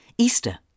Easter